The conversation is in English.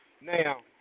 Now